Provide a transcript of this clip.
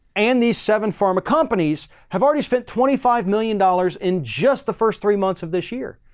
and these seven pharma companies have already spent twenty five million dollars in just the first three months of this year,